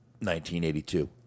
1982